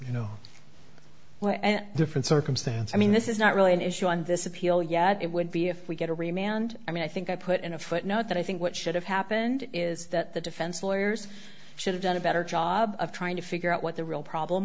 and different circumstance i mean this is not really an issue on this appeal yet it would be if we get a real man and i mean i think i put in a footnote that i think what should have happened is that the defense lawyers should have done a better job of trying to figure out what the real problem